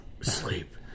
Sleep